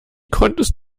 konntest